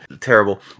terrible